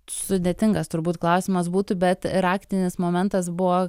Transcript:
sudėtingas turbūt klausimas būtų bet raktinis momentas buvo